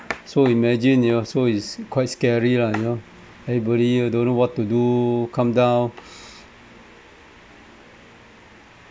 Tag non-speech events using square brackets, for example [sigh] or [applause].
so imagine you know so it's quite scary lah you know everybody don't know what to do come down [breath]